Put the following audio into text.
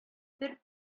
бер